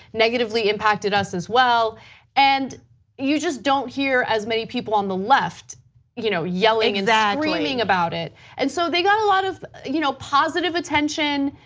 negatively impacted us as well and you just don't hear as many people on the left you know yelling and screaming about it and so they got a lot of you know positive attention.